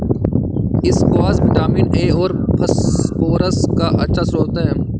squash vitamin A और phosphorus का अच्छा श्रोत है